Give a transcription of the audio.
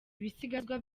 ibisigazwa